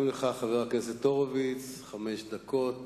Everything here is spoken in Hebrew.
גם לך, חבר הכנסת הורוביץ, חמש דקות